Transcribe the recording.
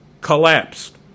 Collapsed